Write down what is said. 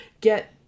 get